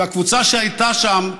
והקבוצה שהייתה שם,